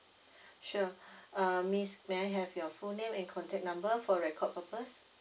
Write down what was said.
sure uh miss may I have your full name and contact number for record purpose